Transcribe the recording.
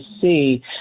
see